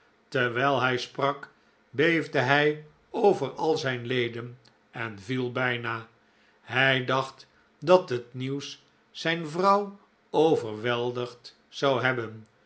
terwijl hij sprak beefde hij over al zijn leden en viel bijna hij dacht dat het nieuws zijn vrouw overweldigd zou hebben